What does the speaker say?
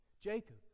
Jacob